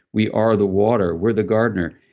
we are the water. we're the gardener.